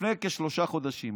לפני כשלושה חודשים.